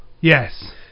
Yes